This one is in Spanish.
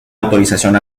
autorización